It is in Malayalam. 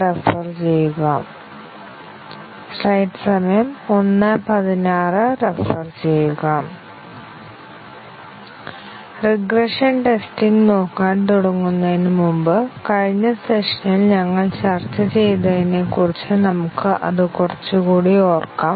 റിഗ്രഷൻ ടെസ്റ്റിംഗ് നോക്കാൻ തുടങ്ങുന്നതിനുമുമ്പ് കഴിഞ്ഞ സെഷനിൽ ഞങ്ങൾ ചർച്ച ചെയ്തതിനെക്കുറിച്ച് നമുക്ക് അത് കുറച്ചുകൂടി ഓർക്കാം